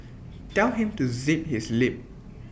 tell him to zip his lip